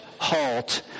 halt